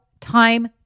time